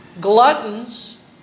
gluttons